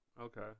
okay